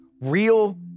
real